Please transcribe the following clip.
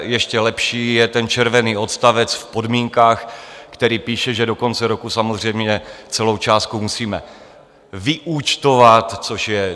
Ještě lepší je ten červený odstavec v podmínkách, který píše, že do konce roku samozřejmě celou částku musíme vyúčtovat, což je paráda.